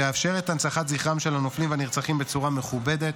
תאפשר את הנצחת זכרם של הנופלים והנרצחים בצורה מכובדת,